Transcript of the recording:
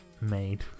made